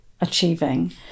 achieving